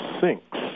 sinks